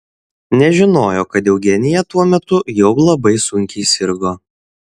nežinojo kad eugenija tuo metu jau labai sunkiai sirgo